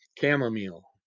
chamomile